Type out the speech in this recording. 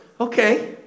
okay